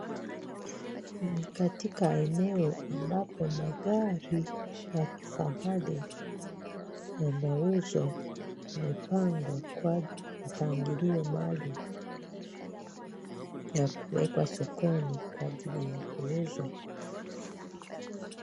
Ni katika eneo ambapo magari yakifahari yanauzwa. Imepangwa kwa mpangilio maalum ya kuwekwa sokoni kwa ajili ya kuuzwa.